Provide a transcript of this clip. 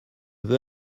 veux